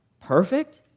perfect